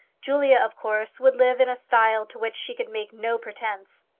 julia, of course, would live in a style to which she could make no pretence.